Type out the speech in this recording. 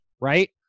right